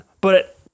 But-